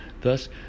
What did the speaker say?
thus